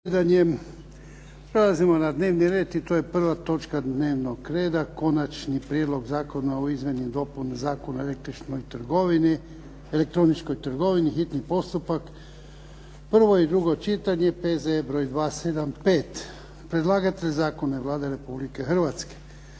zasjedanjem. Prelazimo na dnevni red i to je prva točka dnevnog reda: 1. Prijedlog zakona o Izmjeni zakona o elektroničkoj trgovini, s Konačnim prijedlogom zakona, hitni postupak, prvo i drugo čitanje, P.Z.E. br. 275; Predlagatelj zakona je Vlada Republike Hrvatske.